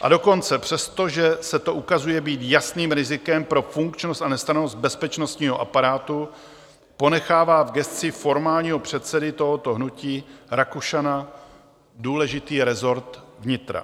A dokonce, přestože se to ukazuje být jasným rizikem pro funkčnost a nestrannost bezpečnostního aparátu, ponechává v gesci formálního předsedy tohoto hnutí Rakušana důležitý rezort vnitra.